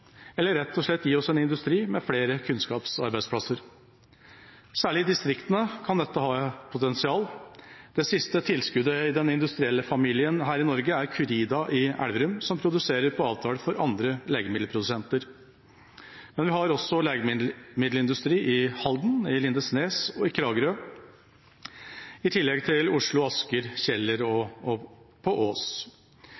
eller rett og slett gi oss en industri med flere kunnskapsarbeidsplasser. Særlig i distriktene kan dette ha potensial. Det siste tilskuddet til den industrielle familien her i Norge er Curida i Elverum, som produserer på avtale fra andre legemiddelprodusenter. Vi har også legemiddelindustri i Halden, i Lindesnes og i Kragerø i tillegg til Oslo, Asker, Kjeller og